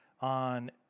on